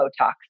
Botox